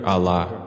Allah